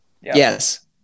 Yes